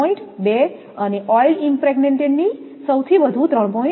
2 અને oil impregnant ની સૌથી વધુ 3